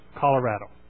Colorado